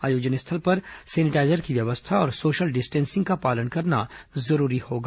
आयोजन स्थल पर सैनिटाईजर की व्यवस्था और सोशल डिस्टेंसिंग का पालन करना जरूरी होगा